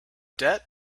debt